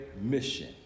mission